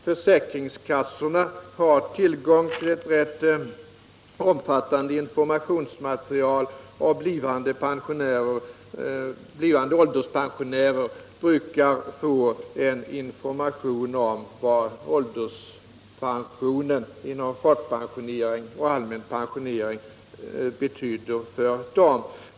Försäkringskassorna har tillgång till ett rätt omfattande informationsmaterial, och blivande ålderspensionärer brukar få information om vad ålderspensionen inom folkpensionering och allmän pensionering betyder för dem.